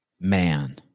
Man